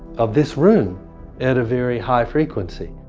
of this room at a very high frequency.